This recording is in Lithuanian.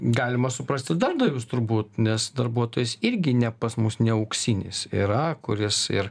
galima suprast ir darbdavius turbūt nes darbuotojas irgi ne pas mus ne auksinis yra kuris ir